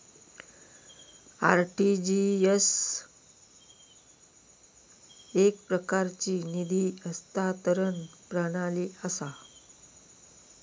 RTGS एकप्रकारची निधी हस्तांतरण प्रणाली असा